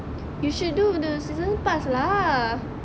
you should do the season pass lah